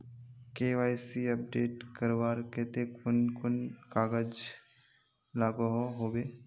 KYC update करवार केते कुन कुन कागज लागोहो होबे?